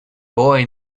boy